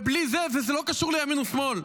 ובלי זה, וזה לא קשור לימין או שמאל,